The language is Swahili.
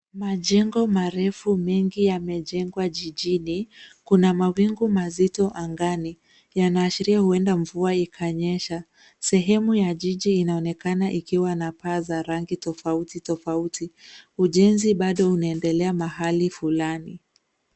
Majengo marefu mengi yamejengwa jijini, kuna mabingu mazito angani, yanaashiria huenda mvua ikanyesha. Sehemu ya jiji inaonekana ikiwa na paa za rangi tofauti tofauti. Ujenzi bado unaendelea mahali fulani.